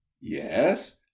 Yes